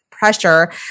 pressure